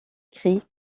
crient